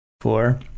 four